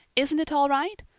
isn't it all right?